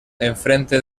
enfrente